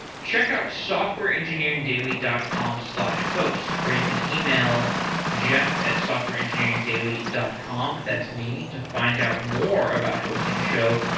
check out softwareengineeringdaily dot com slash host or you can email jeff at softwareengineeringdaily dot com, that's me, to find out more about hosting a show.